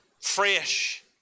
fresh